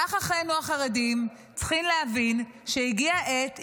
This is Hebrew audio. כך אחינו החרדים צריכים להבין שהגיעה העת,